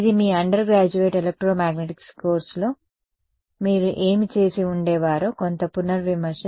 ఇది మీ undergraduate electromagnetics కోర్సులో మీరు ఏమి చేసి ఉండేవారో కొంత పునర్విమర్శ